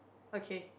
okay